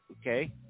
Okay